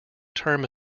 term